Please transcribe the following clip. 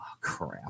crap